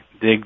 dig